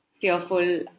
fearful